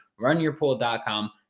RunYourPool.com